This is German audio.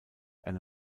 eine